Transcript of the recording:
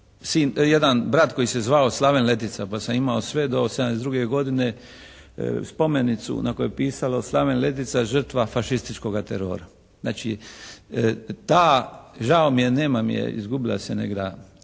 jedan brat koji se zvao Slaven Letica, pa sam imao sve do '72. godine spomenicu na kojoj je pisao Slaven Letica, žrtva fašističkoga terora. Znači ta, žao mi je, nemam je, izgubila se negda ta.